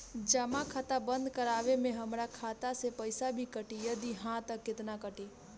जमा खाता बंद करवावे मे हमरा खाता से पईसा भी कटी यदि हा त केतना कटी?